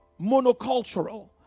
monocultural